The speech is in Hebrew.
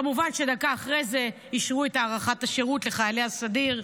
כמובן שדקה אחרי זה אישרו את הארכת השירות לחיילי הסדיר,